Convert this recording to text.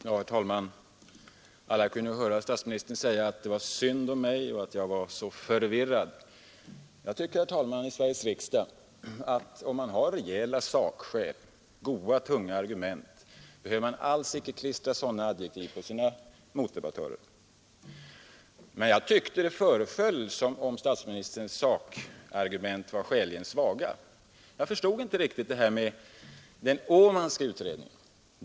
Herr talman! Alla kunde höra statsministern säga att det var synd om mig för att jag var så förvirrad. Jag tycker, herr talman, att om man har rejäla sakskäl, goda och tunga argument, behöver man inte klistra sådana attribut på sina motdebattörer i Sveriges riksdag. Det föreföll mig emellertid som om statsministerns sakargument var skäligen svaga. Jag förstod inte riktigt det här med den Åmanska utredningen.